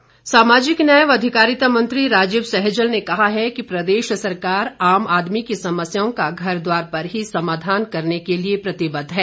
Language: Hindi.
सैजल सामाजिक न्याय व अधिकारिता मंत्री राजीव सहजल ने कहा है कि प्रदेश सरकार आम आदमी की समस्याओं का घर द्वार पर ही समाधान के लिए प्रतिबद्ध है